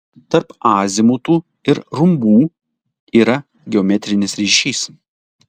tarp azimutų ir rumbų yra geometrinis ryšys